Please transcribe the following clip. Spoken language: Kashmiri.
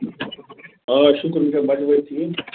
آ شُکُر یِم چھا بچہٕ وچہِ ٹھیٖک